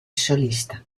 solista